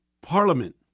Parliament